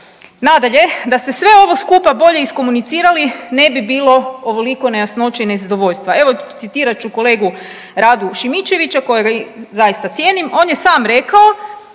Nadalje, da ste sve ovo skupa bolje iskomunicirali ne bi bilo ovoliko nejasnoće i nezadovoljstva. Evo citirat ću kolegu Radu Šimičevića kojega zaista cijenim. On je sam rekao